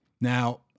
Now